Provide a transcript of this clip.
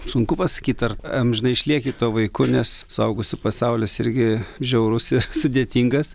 sunku pasakyt ar amžinai išlieki tuo vaiku nes suaugusių pasaulis irgi žiaurus ir sudėtingas